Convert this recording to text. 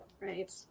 Right